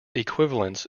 equivalents